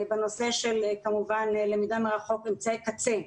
בנושא של כמובן למידה מרחוק-אמצעי קצה.